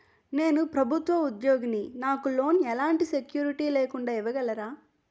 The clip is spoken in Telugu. నేను ప్రభుత్వ ఉద్యోగిని, నాకు లోన్ ఎలాంటి సెక్యూరిటీ లేకుండా ఇవ్వగలరా?